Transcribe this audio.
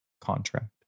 contract